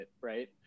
right